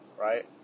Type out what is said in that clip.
right